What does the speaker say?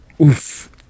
Oof